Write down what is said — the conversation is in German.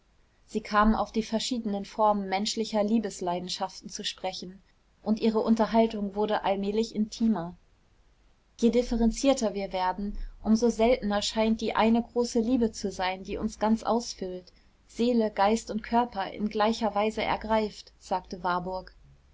sie kamen auf die verschiedenen formen menschlicher liebesleidenschaften zu sprechen und ihre unterhaltung wurde allmählich intimer je differenzierter wir werden um so seltener scheint die eine große liebe zu sein die uns ganz ausfüllt seele geist und körper in gleicher weise ergreift sagte warburg